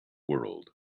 world